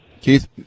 Keith